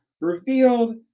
revealed